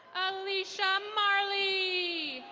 alicia marley.